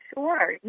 Sure